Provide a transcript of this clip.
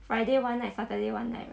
friday one night saturday one night